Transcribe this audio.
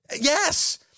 Yes